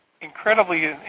incredibly